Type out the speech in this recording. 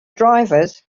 drivers